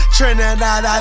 Trinidad